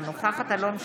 אינה נוכחת אלון שוסטר,